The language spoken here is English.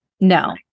No